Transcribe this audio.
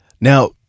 Now